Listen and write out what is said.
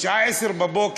בשעה 10:00,